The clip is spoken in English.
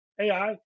AI